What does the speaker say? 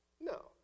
No